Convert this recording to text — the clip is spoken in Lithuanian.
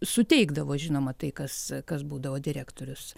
suteikdavo žinoma tai kas kas būdavo direktorius